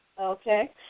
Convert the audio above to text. Okay